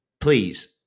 Please